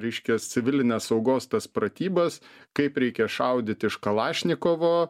reiškias civilinės saugos tas pratybas kaip reikia šaudyt iš kalašnikovo